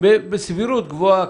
בסבירות גבוהה,